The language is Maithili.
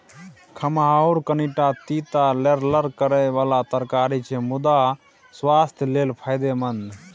खमहाउर कनीटा तीत आ लेरलेर करय बला तरकारी छै मुदा सुआस्थ लेल फायदेमंद